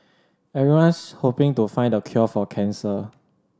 everyone's hoping to find the cure for cancer